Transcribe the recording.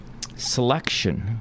selection